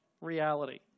reality